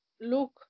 look